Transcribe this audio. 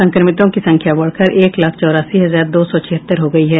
संक्रमितों की संख्या बढ़कर एक लाख चौरासी हजार दो सौ छिहत्तर हो गयी है